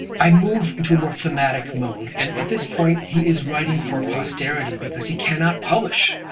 i move into a more thematic mode. and at this point, he is writing for posterity because he cannot publish.